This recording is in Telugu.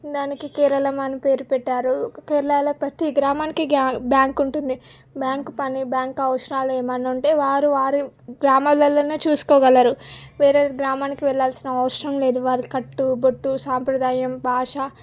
దానికి కేరళం అనే పేరు పెట్టారు కేరళలో ప్రతీ గ్రామానికి గ్య బ్యాంక్ ఉంటుంది బ్యాంక్ పని బ్యాంక్ అవసరాలు ఎమన్నా ఉంటే వారు వారి గ్రామాలల్లోనే చూసుకోగలరు వేరే గ్రామానికి వెళ్ళాల్సిన అవసరం లేదు వారి కట్టు బొట్టు సాంప్రదాయం భాష